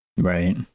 Right